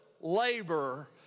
labor